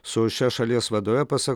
su šia šalies vadove pasak